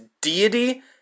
deity